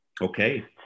Okay